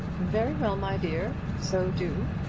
very well, my dear. so do.